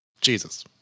Jesus